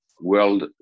world